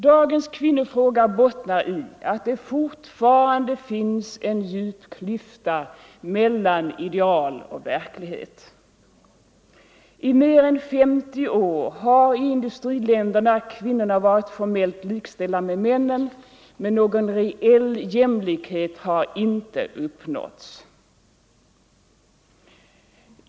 Dagens kvinnofråga bottnar i att det fortfarande finns en djup klyfta mellan ideal och verklighet. I mer än 50 år har i industriländerna kvinnorna varit formellt likställda med männen, men någon reell jämlikhet har inte uppnåtts.